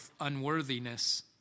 unworthiness